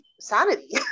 sanity